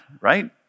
right